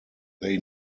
they